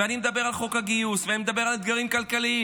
ואני מדבר על חוק הגיוס ואני מדבר על אתגרים כלכליים,